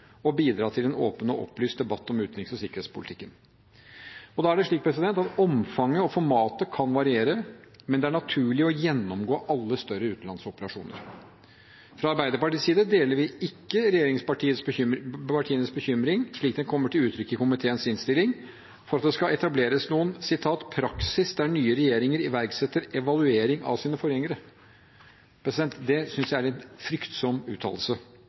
og å bidra til en åpen og opplyst debatt om utenriks- og sikkerhetspolitikken. Omfanget og formatet kan variere, men det er naturlig å gjennomgå alle større utenlandsoperasjoner. Fra Arbeiderpartiets side deler vi ikke regjeringspartienes bekymring, slik den kommer til uttrykk i komiteens innstilling, for at det skal etableres en «praksis der nye regjeringer iverksetter evaluering av sine forgjengere». Det synes jeg er en fryktsom uttalelse.